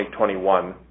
2021